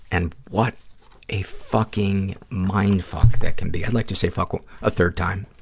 and what a fucking mind fuck that can be. i'd like to say fuck a third time.